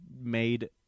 made